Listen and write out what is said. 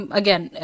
again